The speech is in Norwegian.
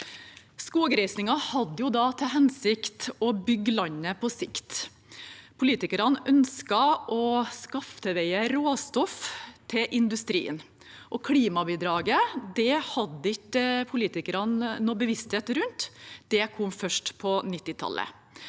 Skogreisingen hadde til hensikt å bygge landet på sikt. Politikerne ønsket å skaffe til veie råstoff til industrien. Klimabidraget hadde ikke politikerne noen bevissthet rundt. Det kom først på 1990-tallet.